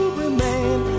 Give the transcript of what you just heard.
remain